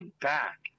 back